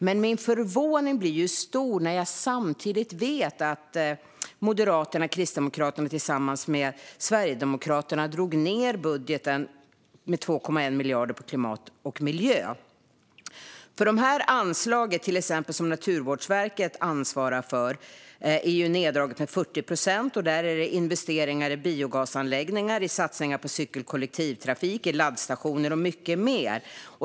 Men min förvåning blir stor när jag samtidigt vet att Moderaterna och Kristdemokraterna tillsammans med Sverigedemokraterna drog ned budgeten med 2,1 miljarder på klimat och miljö. Dessa anslag, till exempel när det gäller sådant som Naturvårdsverket ansvarar för, är neddragna med 40 procent. Det handlar om investeringar i biogasanläggningar, satsningar på cykel och kollektivtrafik, satsningar på laddstationer och mycket mer.